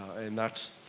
and that's